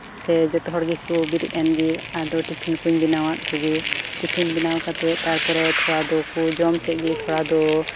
ᱥᱮ ᱡᱚᱛᱚ ᱦᱚᱲ ᱜᱮᱠᱚ ᱵᱮᱨᱮᱫ ᱮᱱᱜᱮ ᱟᱫᱚ ᱴᱤᱯᱷᱤᱱ ᱠᱚᱧ ᱵᱮᱱᱟᱣ ᱟᱜ ᱠᱚᱜᱮ ᱴᱤᱯᱷᱤᱱ ᱵᱮᱱᱟᱣ ᱠᱟᱛᱮᱜ ᱛᱷᱚᱲᱟ ᱫᱚᱠᱚ ᱡᱚᱢ ᱠᱮᱜ ᱜᱮ ᱛᱷᱚᱲᱟ ᱫᱚ